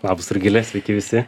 labas rugile sveiki visi